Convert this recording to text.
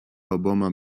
oboma